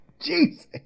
Jesus